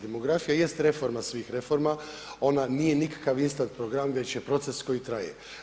Demografija jest reforma svih reforma, ona nije nikakav instant program već je proces koji traje.